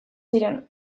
ziren